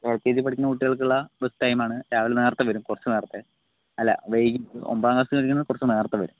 എൽകെജിയിൽ പഠിക്കുന്ന കുട്ടിക്കൾക്കുള്ള ബുസ്ടൈമാണ് രാവിലെ നേരത്തെ വരും കുറച്ച് നേരത്തെ അല്ല വൈകിട്ട് ഒമ്പതാംക്ലാസ്സിൽ പഠിക്കുന്നവർക്ക് കുറച്ച് നേരത്തെവരും